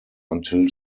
until